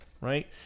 Right